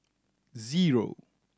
zero